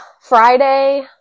Friday